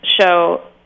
show